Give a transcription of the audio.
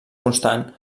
constant